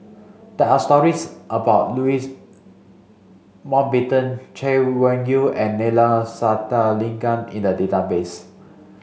there are stories about Louis Mountbatten Chay Weng Yew and Neila Sathyalingam in the database